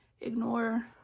ignore